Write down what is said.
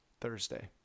Thursday